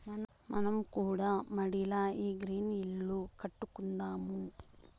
మనం కూడా మడిల ఈ గ్రీన్ ఇల్లు కట్టుకుందాము